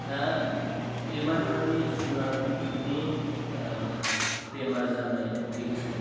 दा बेमारफोरनि जुनारनि बेमार जानाय लैखोन